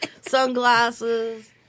sunglasses